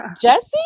Jesse